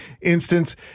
instance